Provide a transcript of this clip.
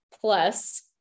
plus